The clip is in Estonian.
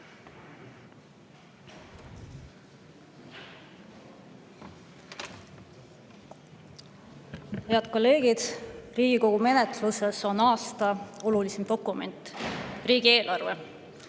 Head kolleegid! Riigikogu menetluses on aasta olulisim dokument: riigieelarve.